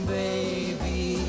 baby